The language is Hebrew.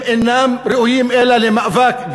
הם אינם ראויים אלא למאבק,